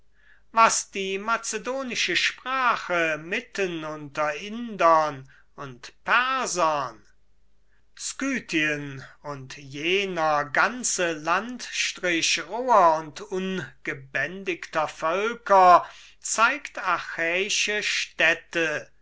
was die macedonische sprache mitten unter indiern und persern scythien und jener ganze landstrich roher und ungebändigter völker zeigt achäische städte